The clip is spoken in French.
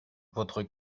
votre